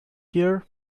here